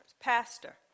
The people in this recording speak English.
Pastor